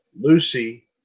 lucy